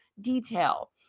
detail